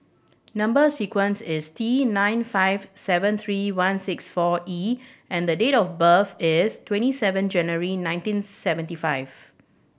number sequence is T nine five seven three one six four E and the date of birth is twenty seven January nineteen seventy five